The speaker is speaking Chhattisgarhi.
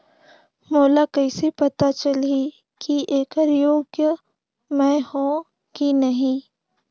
मोला कइसे पता चलही की येकर योग्य मैं हों की नहीं?